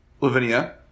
Lavinia